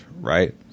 right